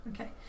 okay